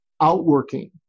outworking